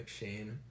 McShane